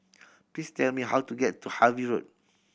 please tell me how to get to Harvey Road